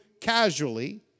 casually